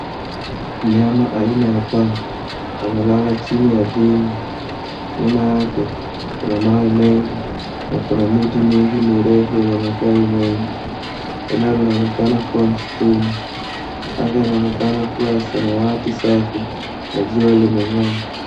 Mnyama aina ya paa amelala chini ardhini. Nyuma yake kuna mawe mengi na kuna miti mingi mirefu yenye matawi mengi. Eneo linaonekana kuwa msituni. Anga linaonekana kuwa ya samawati safi na jua limeng'aa.